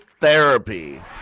therapy